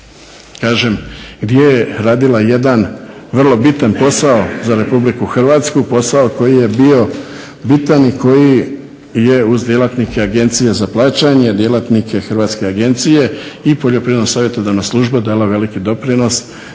ARCOD-a gdje je radila jedan vrlo bitan posao za Republiku Hrvatsku, posao koji je bio bitan i koji je uz djelatnike Agencije za plaćanje, djelatnike hrvatske agencije i Poljoprivredna savjetodavna služba dala veliki doprinos